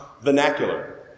vernacular